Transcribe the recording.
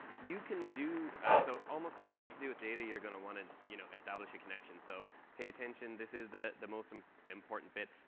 you can do so almost everything's new with data, you'll want to you know establish a connection. so pay attention. this is the the most um important bit.